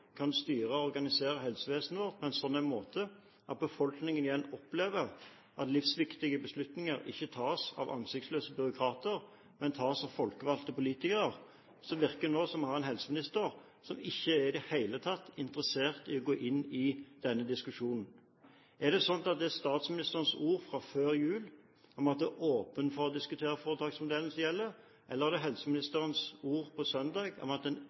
kan styre og organisere helsevesenet vårt på en sånn måte at befolkningen igjen opplever at livsviktige beslutninger ikke tas av ansiktsløse byråkrater, men tas av folkevalgte politikere, virker det nå som om vi har en helseminister som ikke i det hele tatt er interessert i å gå inn i denne diskusjonen: Er det statsministerens ord før jul, om at man er åpen for å diskutere foretaksmodellen, som gjelder, eller er det helseministerens ord på søndag, om at det ikke er aktuelt å diskutere foretaksmodellen, som gjelder? Jeg mener vi har en